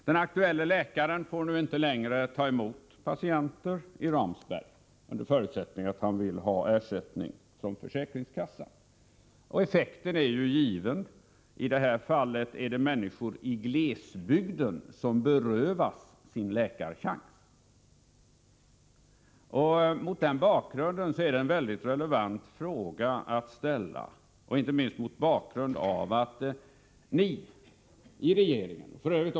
Den aktuella läkaren får nu inte längre ta emot patienter i Ramsberg, under förutsättning att han vill ha ersättning från försäkringskassan. Effekten är given. I det här fallet är det människor i glesbygd som berövas sin chans till läkarbesök. Mot denna bakgrund och inte minst mot bakgrunden att ni i regeringen — f.ö.